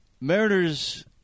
Mariners